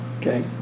Okay